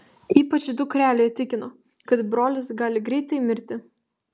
ypač dukrelė tikino kad brolis gali greitai mirti